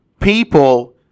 people